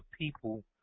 people